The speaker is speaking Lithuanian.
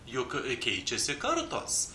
juk keičiasi kartos